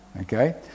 Okay